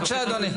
בבקשה אדוני.